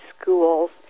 schools